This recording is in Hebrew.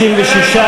56,